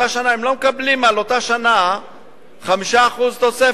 הם לא מקבלים על אותה שנה 5% תוספת.